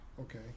Okay